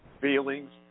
feelings